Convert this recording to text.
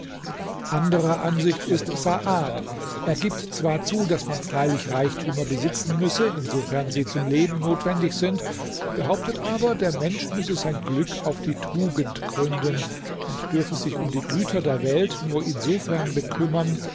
anderer ansicht ist saad er gibt zwar zu daß man freilich reichtümer besitzen müsse insofern sie zum leben notwendig sind behauptet aber der mensch müsse sein glück auf die tugend gründen und dürfe sich um die güter der welt nur insofern bekümmern